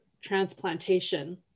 transplantation